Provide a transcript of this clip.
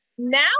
Now